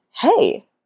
hey